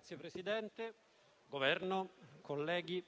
Signor Presidente, Governo, colleghi,